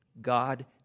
God